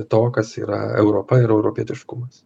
to kas yra europa ir europietiškumas